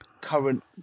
current